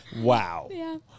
Wow